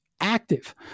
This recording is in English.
active